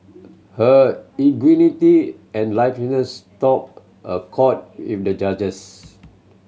her ingenuity and liveliness struck a chord with the judges